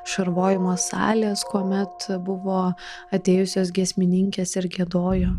šarvojimo salės kuomet buvo atėjusios giesmininkės ir giedojo